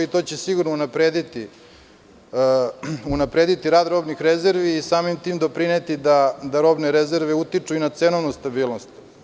Sigurno će to unaprediti rad robnih rezervi i samim tim doprineti da robne rezerve utiču i na cenovnu stabilnost.